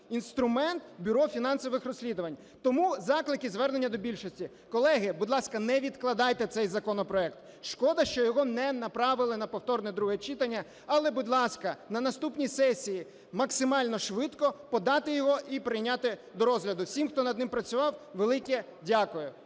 інструмент – Бюро фінансових розслідувань. Тому заклики і звернення до більшості. Колеги, будь ласка, не відкладайте цей законопроект. Шкода, що його не направили на повторне друге читання. Але, будь ласка, на наступній сесії максимально швидко подати його і прийняти до розгляду. Всім, хто над ним працював, велике дякую.